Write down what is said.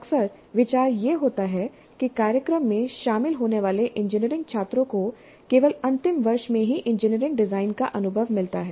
अक्सर विचार यह होता है कि कार्यक्रम में शामिल होने वाले इंजीनियरिंग छात्रों को केवल अंतिम वर्ष में ही इंजीनियरिंग डिजाइन का अनुभव मिलता है